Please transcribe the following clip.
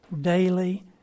daily